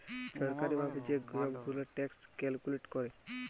ছরকারি ভাবে যে ছব গুলা ট্যাক্স ক্যালকুলেট ক্যরে